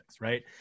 right